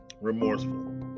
remorseful